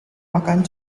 makan